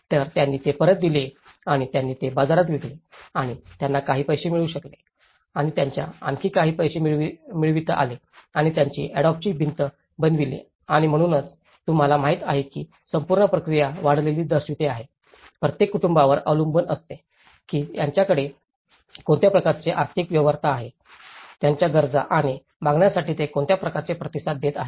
तर त्यांनी ते परत दिले आणि त्यांनी ते बाजारात विकले आणि त्यांना काही पैसे मिळू शकले आणि त्यांना आणखी काही पैसे मिळवता आले आणि त्यांनी अॅडॉबची भिंत बनविली आणि म्हणूनच तुम्हाला माहित आहे की ही संपूर्ण प्रक्रिया वाढलेली दर्शवित आहे प्रत्येक कुटुंबावर अवलंबून असते की त्यांच्याकडे कोणत्या प्रकारचे आर्थिक व्यवहार्यता आहे त्यांच्या गरजा आणि मागण्यांसाठी ते कोणत्या प्रकारचे प्रतिसाद देत आहेत